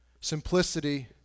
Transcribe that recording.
Simplicity